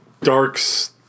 darks